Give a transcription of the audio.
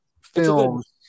films